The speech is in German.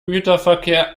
güterverkehr